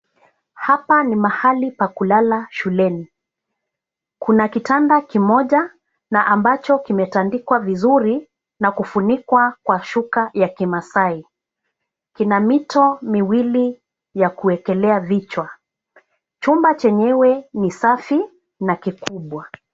Hapa ni mahali pa kulala shuleni. Kuna kitanda kimoja na ambacho kimetandikwa vizuri na kufunikwa kwa shuka ya kimaasai. Kina mito miwili ya kuwekelea vichwa. Chumba chenyewe ni safi na kikubwa.